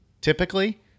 typically